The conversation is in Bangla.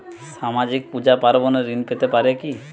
সামাজিক পূজা পার্বণে ঋণ পেতে পারে কি?